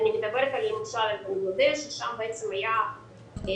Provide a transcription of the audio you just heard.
אני מדברת על בנגלדש ששם אתה יודע שהיה עד